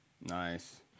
nice